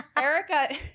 Erica